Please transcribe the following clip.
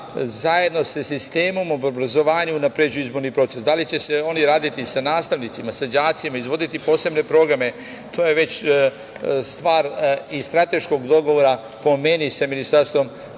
zajedno sa sistemom obrazovanja unapređuju izborni proces. Da li će se oni raditi sa nastavnicima, sa đacima, izvoditi posebne programe, to je već stvar i strateškog dogovora, po meni, sa Ministarstvom